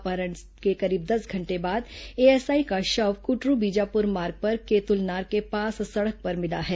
अपहरण के करीब दस घंटे बाद एएसआई का शव कुटरू बीजापुर मार्ग पर केतुलनार के पास सड़क पर मिला है